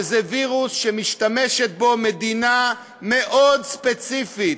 שזה וירוס שמשתמשת בו מדינה מאוד ספציפית,